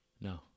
no